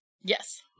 Yes